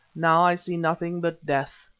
now i see nothing but death.